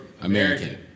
American